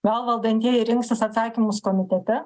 gal valdantieji rinksis atsakymus komitete